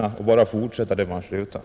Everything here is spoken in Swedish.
Det var bara att fortsätta där man hade slutat.